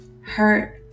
hurt